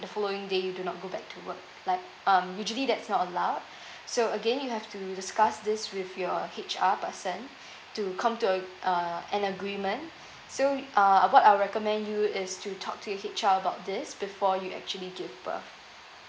the following day you do not go back to work like um usually that's not allowed so again you have to discuss this with your H_R person to come to a uh an agreement so uh uh what I would recommend you is to talk to your H_R about this before you actually give birth